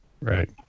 right